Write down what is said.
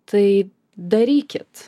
tai darykit